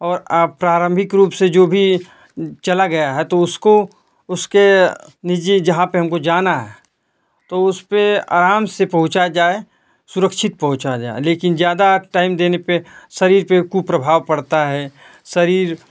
और प्रारंभिक रूप से जो भी चला गया है तो उसको उसके निजी जहाँ पर हमको जाना है तो उस पर आराम से पहुँचा जाए सुरक्षित पहुँचा जाए लेकिन ज़्यादा टाइम देने पर शरीर पर कुप्रभाव पड़ता है शरीर